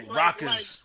rockers